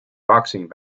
boxing